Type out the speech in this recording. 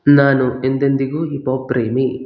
ನಾನು ಎಂದೆಂದಿಗೂ ಹಿಪ್ಹಾಪ್ ಪ್ರೇಮಿ